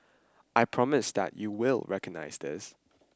I promise that you will recognise this